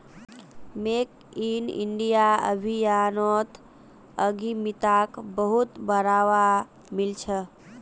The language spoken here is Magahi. मेक इन इंडिया अभियानोत उद्यमिताक बहुत बढ़ावा मिल छ